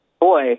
boy